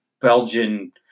Belgian